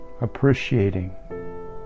appreciating